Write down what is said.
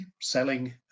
selling